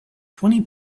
twenty